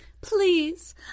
Please